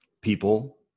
People